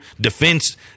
defense